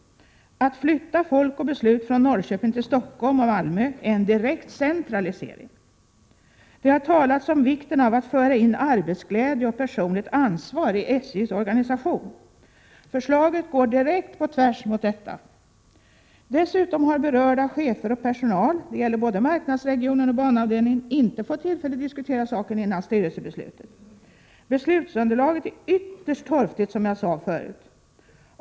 Att flytta folk och beslut från Norrköping till Stockholm och Malmö är en direkt centralisering. Det har talats om vikten av att föra in arbetsglädje och personligt ansvar i SJ:s organisation. Förslaget går direkt på tvärs mot detta. Dessutom har berörda chefer och personal, det gäller både marknadsregionen och banavdelning, inte fått tillfälle diskutera saken innan styrelsebeslutet. Beslutsunderlaget är också ytterligt torftigt.